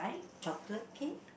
chocolate cake